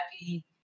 happy